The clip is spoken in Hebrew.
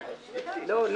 בשעה 10:30.